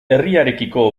herriarekiko